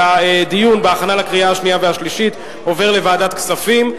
הדיון בהכנה לקריאה שנייה ושלישית עובר לוועדת הכספים.